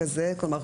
המינים,